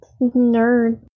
nerd